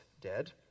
dead